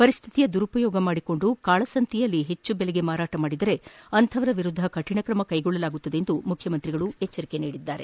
ಪರಿಸ್ಥಿತಿಯ ದುರುಪಯೋಗ ಮಾಡಿಕೊಂಡು ಕಾಳಸಂತೆಯಲ್ಲಿ ಹೆಚ್ಚನ ದೆಲೆಗೆ ಮಾರಾಟ ಮಾಡಿದರೆ ಅಂತಹವರ ವಿರುದ್ದ ಕಠಿಣ ಕ್ರಮ ಜರುಗಿಸಲಾಗುವುದು ಎಂದು ಮುಖ್ಯಮಂತ್ರಿ ಎಚ್ಚರಿಸಿದ್ದಾರೆ